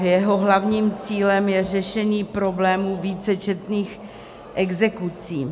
Jeho hlavním cílem je řešení problémů vícečetných exekucí.